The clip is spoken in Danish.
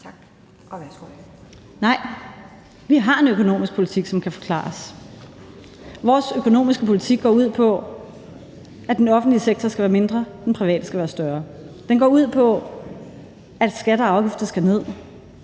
Vermund (NB): Nej, vi har en økonomisk politik, som kan forklares. Vores økonomiske politik går ud på, at den offentlige sektor skal være mindre og den private skal være større. Den går ud på, at skatter og afgifter skal ned.